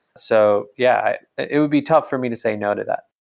so yeah, it would be tough for me to say no to that.